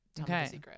Okay